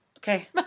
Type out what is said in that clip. Okay